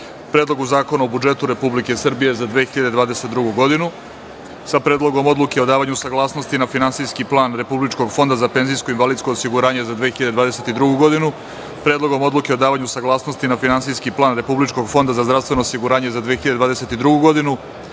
Predlogu zakona o budžetu Republike Srbije za 2022. godinu, sa Predlogom odluke o davanju saglasnosti na Finansijski plan Republičkog fonda za penzijsko i invalidsko osiguranje za 2022. godinu, Predlogom odluke o davanju saglasnosti na Finansijski plan Republičkog fonda za zdravstveno osiguranje za 2022. godinu,